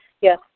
Yes